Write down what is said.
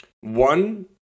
One